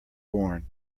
born